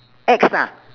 X ah